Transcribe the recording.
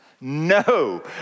no